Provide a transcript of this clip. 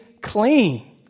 clean